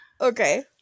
okay